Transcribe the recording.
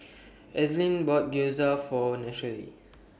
Ainsley bought Gyoza For